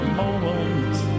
moments